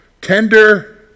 tender